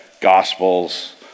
Gospels